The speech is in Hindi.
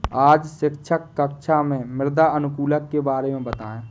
आज शिक्षक कक्षा में मृदा अनुकूलक के बारे में बताएं